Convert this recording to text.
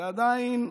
זה עדיין,